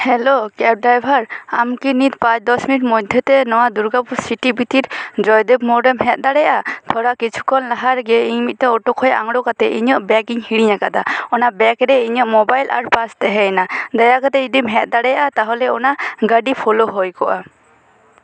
hello ᱠᱮᱭᱟᱨ driver ᱟᱢ ᱠᱤ ᱱᱤᱛ ᱯᱟᱸᱪ ᱫᱚᱥ ᱢᱤᱱᱤᱴ ᱢᱚᱫᱷᱮ ᱛᱮ ᱱᱚᱣᱟ ᱫᱩᱨᱜᱟᱯᱩᱨ ᱥᱤᱴᱤ ᱵᱷᱤᱛᱤᱨ ᱡᱚᱭᱫᱮᱵ ᱢᱳᱲᱮᱢ ᱦᱮᱡᱽ ᱫᱟᱲᱮᱭᱟᱜᱼᱟ ᱛᱷᱚᱲᱟ ᱠᱤᱪᱷᱩᱠᱷᱚᱱ ᱞᱟᱦᱟ ᱨᱮᱜᱮ ᱤᱧ ᱢᱤᱫᱴᱟᱝ ᱚᱴᱳ ᱠᱷᱚᱱ ᱟᱲᱜᱚ ᱠᱟᱛᱮᱫ ᱤᱧᱟᱜ ᱵᱮᱜ ᱤᱧ ᱦᱤᱲᱤᱧ ᱟᱠᱟᱫᱟ ᱚᱱᱟ ᱵᱮᱜ ᱨᱮ ᱤᱧᱟᱹᱜ ᱢᱳᱵᱟᱭᱤᱞ ᱟᱨ ᱯᱟᱥ ᱛᱟᱦᱮᱸᱭᱮᱱᱟ ᱫᱟᱭᱟ ᱠᱟᱛᱮ ᱡᱩᱫᱤᱢ ᱦᱮᱡ ᱫᱟᱲᱮᱭᱟᱜᱼᱟ ᱛᱟᱦᱚᱞᱮ ᱚᱱᱟ ᱜᱟᱹᱰᱤ ᱯᱷᱳᱞᱳ ᱦᱩᱭ ᱠᱚᱜᱼᱟ